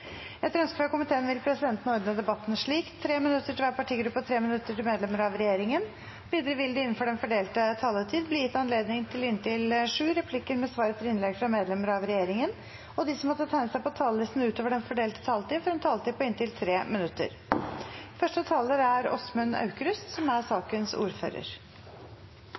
Etter ønske fra energi- og miljøkomiteen vil presidenten ordne debatten slik: 3 minutter til hver partigruppe og 3 minutter til medlemmer av regjeringen. Videre vil det – innenfor den fordelte taletid – bli gitt anledning til inntil sju replikker med svar etter innlegg fra medlemmer av regjeringen, og de som måtte tegne seg på talerlisten utover den fordelte taletid, får også en taletid på inntil 3 minutter. Vi behandler endringer i klimaloven, som